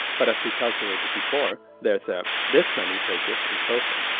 but as we calculated before, there's this many pages in total!